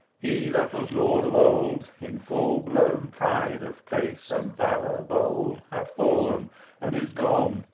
he that was lord of old, in full-blown pride of place and valour bold, hath fallen and is gone,